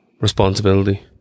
responsibility